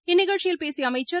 இந்நிகழ்ச்சியில் பேசிய அமைச்சர்